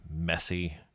messy